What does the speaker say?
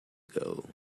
ago